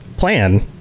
plan